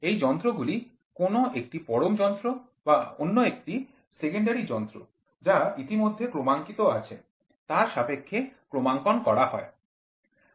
এই যন্ত্রগুলি কোন একটি পরম যন্ত্র বা অন্য একটি সেকেন্ডারি যন্ত্র যা ইতিমধ্যে ক্রমাঙ্কিত আছে তার সাপেক্ষে ক্রমাঙ্কন করা হয়